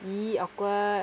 !ee! awkward